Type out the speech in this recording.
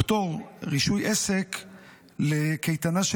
פטור מרישוי עסק לקייטנה,